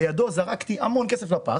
לידו זרקתי המון כסף לפח,